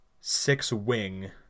six-wing